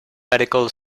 medical